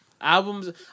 albums